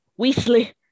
Weasley